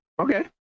Okay